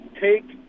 take